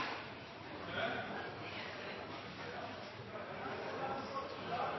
president! La